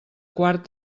quart